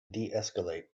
deescalate